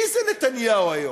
מי זה נתניהו היום?